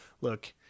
look